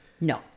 No